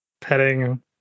petting